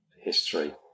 history